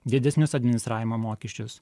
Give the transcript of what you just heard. didesnius administravimo mokesčius